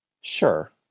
sure